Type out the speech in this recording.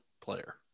player